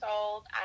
old